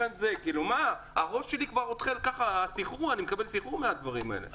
אני מקבל סחרור מהדברים האלה.